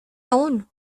aún